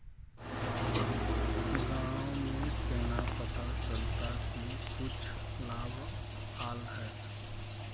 गाँव में केना पता चलता की कुछ लाभ आल है?